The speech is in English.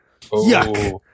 Yuck